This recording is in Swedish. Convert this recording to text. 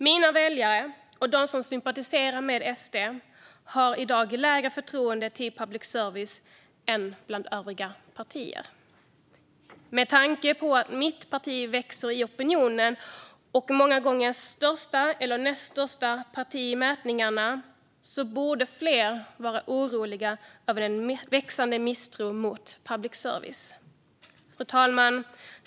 Mina väljare och de som sympatiserar med SD har i dag lägre förtroende för public service än de som sympatiserar med övriga partier. Med tanke på att mitt parti växer i opinionen och många gånger är största eller näst största parti i mätningarna borde fler vara oroliga över den växande misstron mot public service. Fru talman!